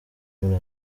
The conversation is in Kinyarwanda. muri